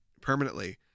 permanently